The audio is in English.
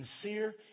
sincere